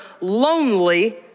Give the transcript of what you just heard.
lonely